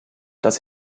dass